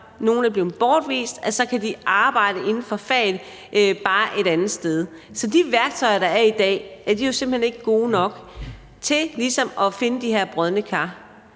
nogle er blevet bortvist, kan de arbejde inden for faget, bare et andet sted? Så de værktøjer, der er i dag, er jo simpelt hen ikke gode nok til ligesom at finde de her brodne kar.